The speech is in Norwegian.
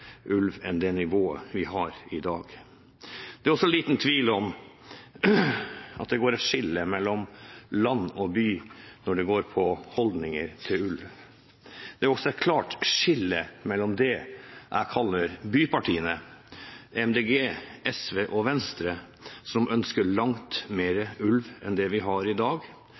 ulv enn det nivået vi har i dag. Det er også liten tvil om at det går et skille mellom land og by når det går på holdninger til ulv. Det er også et klart skille mellom det jeg kaller bypartiene, Miljøpartiet De Grønne, SV og Venstre, som ønsker langt mer ulv enn det vi har i dag,